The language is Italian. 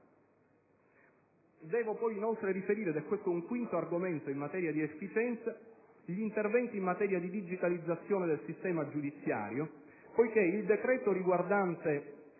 Devo, inoltre, riferire - questo è un quinto argomento in materia di efficienza - gli interventi in materia di digitalizzazione del sistema giudiziario poiché il decreto-legge riguardante